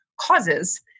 causes